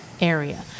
area